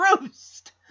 roost